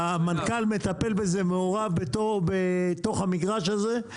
המנכ"ל מטפל בזה, מעורב בתוך המגרש הזה.